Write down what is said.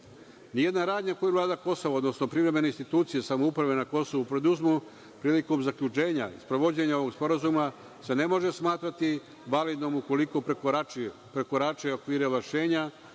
Ni jedna radnja koju vlada Kosova, odnosno privremene institucije samouprave na Kosovu preduzmu, prilikom zaključenja i sprovođenja ovog sporazuma, se ne može smatrati validnim, ukoliko prekoračuje okvire ovlašćenja